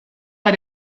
bei